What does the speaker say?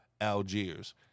Algiers